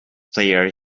player